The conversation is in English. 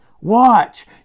Watch